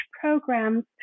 programs